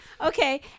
Okay